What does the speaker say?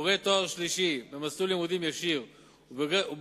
בוגרי תואר שלישי במסלול לימודים ישיר ובוגרי